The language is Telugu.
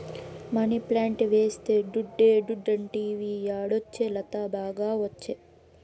మనీప్లాంట్ వేస్తే దుడ్డే దుడ్డంటివి యాడొచ్చే లత, బాగా ఒచ్చే